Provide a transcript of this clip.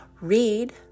read